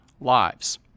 lives